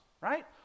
right